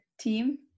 team